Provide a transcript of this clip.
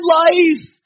life